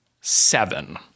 seven